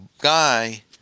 guy